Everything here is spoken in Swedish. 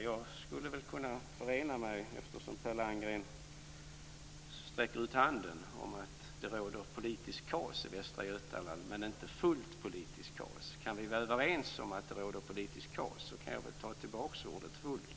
Eftersom Per Landgren sträcker ut handen kan jag hålla med om att det råder kaos i Västra Götaland, men inte fullt politiskt kaos. Om vi kan vara överens om att det råder politiskt kaos kan jag väl ta tillbaka ordet fullt.